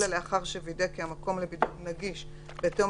אלא לאחר שווידא כי המקום לבידוד נגיש בהתאם